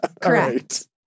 Correct